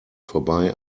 vorbei